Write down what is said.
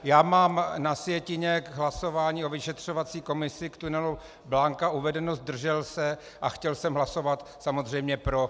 Já mám na sjetině k hlasování o vyšetřovací komisi k tunelu Blanka uvedeno zdržel se a chtěl jsem hlasovat samozřejmě pro.